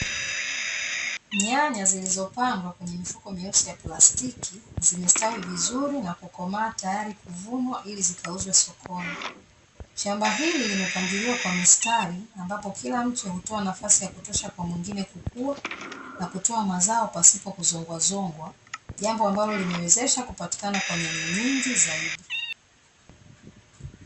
Nyanya zilizopangwa kwenye mifuko meusi ya plastiki, zimestawi vizuri na kukomaa tayari kuvunwa ili zikauzwe sokoni. Shamba hili limepangiliwa kwa mistari ambapo, kila mche hutoa nafasi ya kutosha kwa mwingine kukuwa na kutoa mazao pasipo kuzongwazongwa, jambo ambalo limewezesha kupatikana kwa nyanya nyingi zaidi .